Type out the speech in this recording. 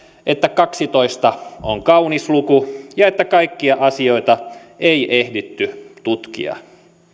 että kaksitoista on kaunis luku ja että kaikkia asioita ei ehditty tutkia